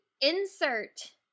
insert